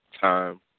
Time